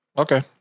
Okay